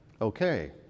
okay